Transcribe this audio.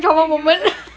if you